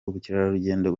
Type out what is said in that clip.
ubukerarugendo